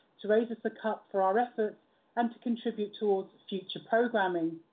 to raise us a cup for our efforts and to contribute towards future programming!